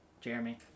Jeremy